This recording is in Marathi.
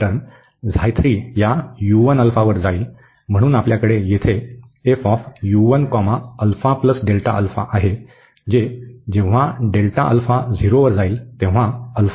तर ही टर्म या u1 α वर जाईल म्हणून आपल्याकडे येथे आहे जे जेव्हा डेल्टा अल्फा 0 वर जाईल तेव्हा अल्फा होईल